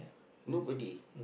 nobody